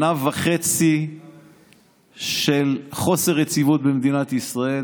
שנה וחצי של חוסר יציבות במדינת ישראל.